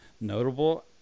notable